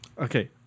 okay